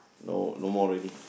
no no more already